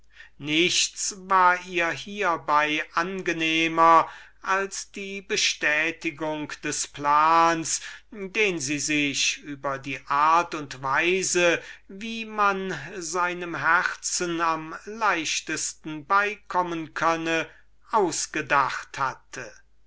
nichts war ihr hiebei angenehmer als die bestätigung des plans den sie sich über die art und weise wie man seinem herzen am leichtesten beikommen könne gemacht hatte